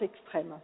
extrêmes